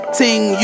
ting